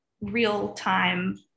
real-time